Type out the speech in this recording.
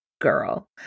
girl